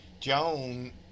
Joan